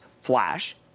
flash